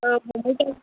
औ हमहैनिसै